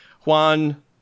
Juan